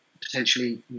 potentially